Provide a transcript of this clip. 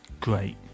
Great